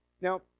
Now